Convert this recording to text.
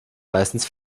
meistens